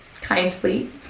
kindly